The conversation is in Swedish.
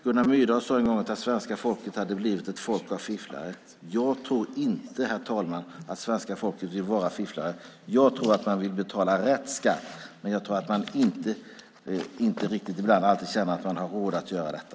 Gunnar Myrdal sade en gång att svenska folket hade blivit ett folk av fifflare. Jag tror inte, herr talman, att svenska folket vill vara fifflare. Jag tror att man vill betala rätt skatt, men jag tror att man ibland inte riktigt känner att man har råd att göra detta.